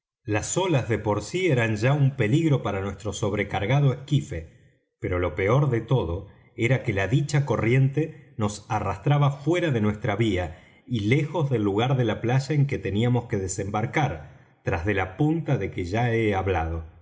las olas de por sí eran ya un peligro para nuestro sobrecargado esquife pero lo peor de todo era que la dicha corriente nos arrastraba fuera de nuestra vía y lejos del lugar de la playa en que teníamos que desembarcar tras de la punta de que ya he hablado